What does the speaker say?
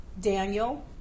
Daniel